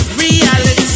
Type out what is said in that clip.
reality